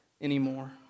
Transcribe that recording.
anymore